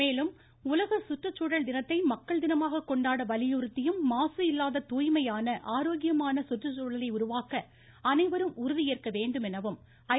மேலும் உலக சுற்றுச்சூழல் தினத்தை மக்கள் தினமாக கொண்டாட வலியுறுத்தியும் மாசு இல்லாத தூய்மையான ஆரோக்கியமான சுந்றுச்சூழலை உருவாக்க அனைவரும் உறுதி ஏற்க வேண்டும் எனவும் ஐ